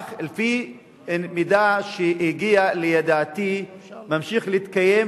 אך לפי מידע שהגיע לידיעתי הוא ממשיך להתקיים,